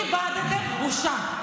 איבדתם את הבושה.